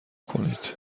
کنید